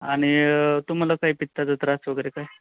आणि तुम्हाला काही पित्ताचा त्रास वगैरे काय